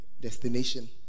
destination